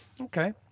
Okay